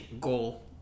goal